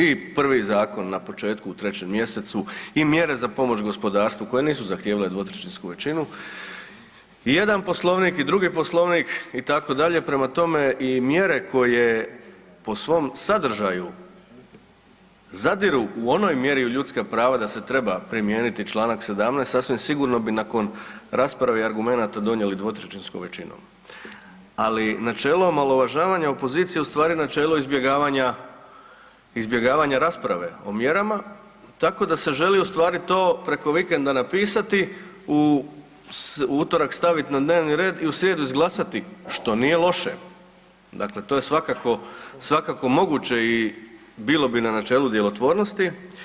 I prvi zakon na početku u 3. mjesecu i mjere za pomoć gospodarstvu koje nisu zahtijevale dvotrećinsku većinu i jedan Poslovnik i drugi Poslovni itd., prema tome i mjere koje po svom sadržaju zadiru u onoj mjeri u ljudska prava da se treba primijeniti čl. 17. sasvim sigurno bi nakon rasprave i argumenata donijeli dvotrećinskom većinom, ali načelo omalovažavanja opozicije ustvari je načelo izbjegavanja rasprave o mjerama, tako da se želi ostvariti to preko vikenda napisati u utorak staviti na dnevni red i u srijedu izglasati, što nije loše, dakle to je svakako moguće i bilo bi na načelu djelotvornosti.